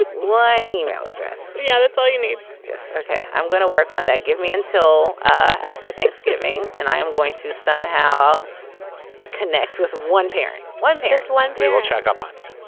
ah one email address. yeah, that's all you need okay. i'm going to work on that. give me until ah after thanksgiving and i am going to somehow connect with one parent, one plus one. we will check up on you.